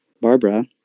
Barbara